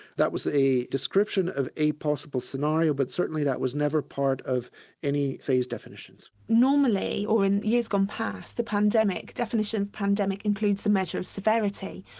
that was a description of a possible scenario, but certainly that was never part of any phase definitions. normally, or in years gone past, the pandemic, the definition of pandemic includes the measure of severity,